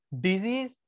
disease